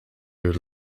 your